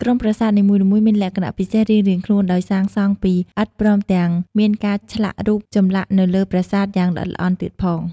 ក្រុមប្រាសាទនីមួយៗមានលក្ខណៈពិសេសរៀងៗខ្លួនដោយសាងសង់ពីឥដ្ឋ ព្រមទាំងមានការឆ្លាក់រូបចម្លាក់នៅលើប្រាសាទយ៉ាងល្អិតល្អន់ទៀតផង។